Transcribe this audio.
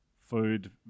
food